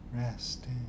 Resting